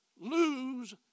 lose